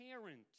parent